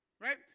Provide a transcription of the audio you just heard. Right